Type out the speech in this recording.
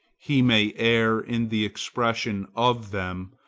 he may err in the expression of them,